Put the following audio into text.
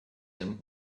him